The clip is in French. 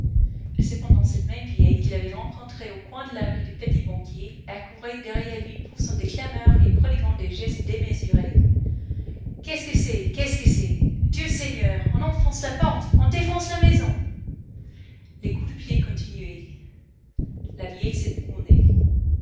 avait cependant cette même vieille qu'il avait rencontrée au coin de la rue du petit-banquier accourait derrière lui poussant des clameurs et prodiguant des gestes démesurés qu'est-ce que c'est qu'est-ce que c'est dieu seigneur on enfonce la porte on défonce la maison les coups de pied continuaient la vieille